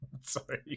Sorry